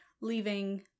leaving